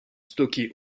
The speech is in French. stocké